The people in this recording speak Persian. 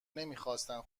نمیخواستند